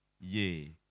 yea